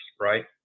right